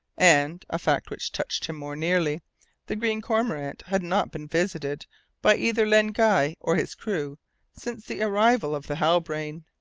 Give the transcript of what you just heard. and a fact which touched him more nearly the green cormorant had not been visited by either len guy or his crew since the arrival of the halbrane.